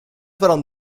varann